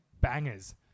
bangers